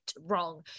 wrong